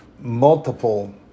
multiple